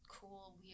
cool